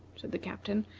said the captain,